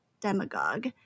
demagogue